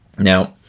Now